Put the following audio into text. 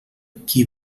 qui